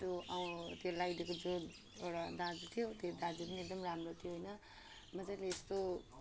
त्यो त्यो लाइटहरू जो एउटा दाजु थियो त्यो दाजु पनि एकदम राम्रो थियो होइन मजाले यस्तो